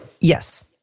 Yes